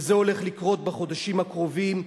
וזה הולך לקרות בחודשים הקרובים,